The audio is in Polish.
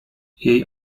jej